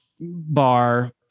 bar